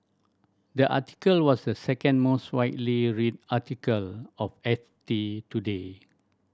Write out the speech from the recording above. the article was the second most widely read article of F T today